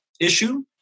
issue